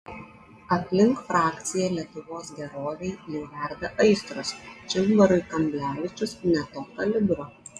aplink frakciją lietuvos gerovei jau verda aistros čimbarui kamblevičius ne to kalibro